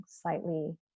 slightly